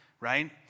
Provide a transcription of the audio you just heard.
Right